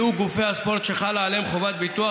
יהיו גופי הספורט שחלה עליהם חובת ביטוח